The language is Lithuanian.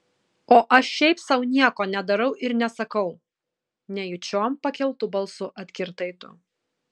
o aš šiaip sau nieko nedarau ir nesakau nejučiom pakeltu balsu atkirtai tu